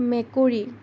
মেকুৰী